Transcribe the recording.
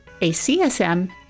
ACSM